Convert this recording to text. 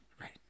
right